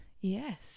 Yes